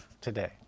today